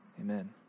Amen